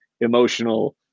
emotional